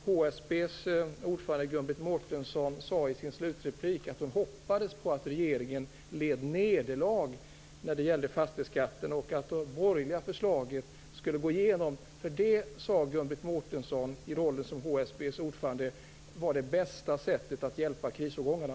HSB:s ordförande Gun-Britt Mårtensson sade i sin slutreplik att hon hoppades på att regeringen led nederlag när det gällde fastighetsskatten och att de borgerliga förslagen skulle gå igenom. Det var nämligen - sade Gun-Britt Mårtensson i rollen som HSB:s ordförande - det bästa sättet att hjälpa krisårgångarna.